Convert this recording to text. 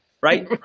right